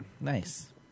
Nice